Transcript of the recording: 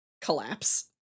Collapse